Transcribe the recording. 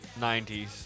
90s